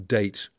date